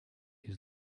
his